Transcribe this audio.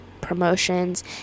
promotions